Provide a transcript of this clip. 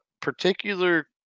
particular